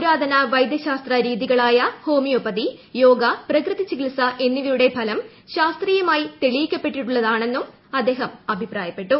പുരാതന വൈദ്യശാസ്ത്ര രീതികളായ്ക് ഹോ്മിയോപ്പതി യോഗ പ്രകൃതിചികിത്സ എന്നിവയുടെട്ട് ഫലം ശാസ്ത്രീയമായി തെളിയിക്കപ്പെട്ടിട്ടുള്ളത്യാണ്ണെന്നും അദ്ദേഹം അഭിപ്രായപ്പെട്ടു